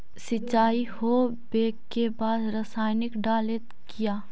सीचाई हो बे के बाद रसायनिक डालयत किया?